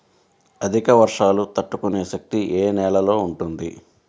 అధిక వర్షాలు తట్టుకునే శక్తి ఏ నేలలో ఉంటుంది?